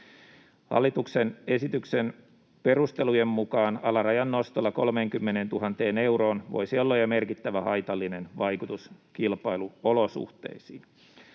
Hallituksen esityksen perustelujen mukaan alarajan nostolla 30 000 euroon voisi olla jo merkittävä haitallinen vaikutus kilpailuolosuhteisiin.